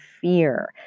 fear